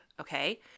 Okay